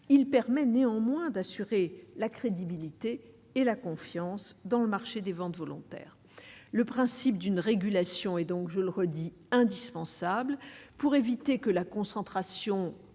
il permet néanmoins d'assurer la crédibilité et la confiance dans le marché des ventes volontaires, le principe d'une régulation et donc je le redis, indispensable pour éviter que la concentration